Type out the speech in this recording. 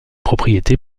propriété